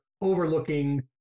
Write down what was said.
overlooking